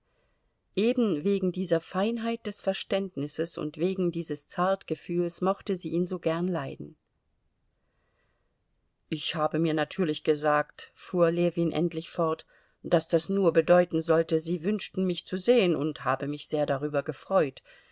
eben wegen dieser feinheit des verständnisses und wegen dieses zartgefühls mochte sie ihn so gern leiden ich habe mir natürlich gesagt fuhr ljewin endlich fort daß das nur bedeuten sollte sie wünschten mich zu sehen und habe mich sehr darüber gefreut